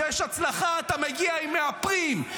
כשיש הצלחה אתה מגיע עם מאפרים,